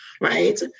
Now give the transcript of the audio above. right